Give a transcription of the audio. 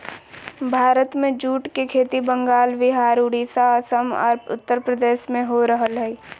भारत में जूट के खेती बंगाल, विहार, उड़ीसा, असम आर उत्तरप्रदेश में हो रहल हई